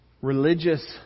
religious